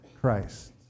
Christ